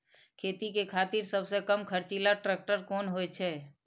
खेती के खातिर सबसे कम खर्चीला ट्रेक्टर कोन होई छै?